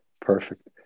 Perfect